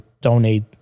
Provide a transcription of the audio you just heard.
donate